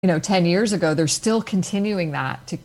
Ten years ago, they sill continuing that